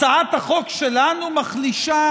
הצעת החוק שלנו מחלישה